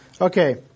Okay